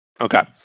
Okay